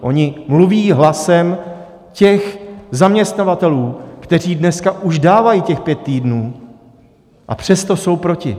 Oni mluví hlasem zaměstnavatelů, kteří dneska už dávají těch pět týdnů, a přesto jsou proti.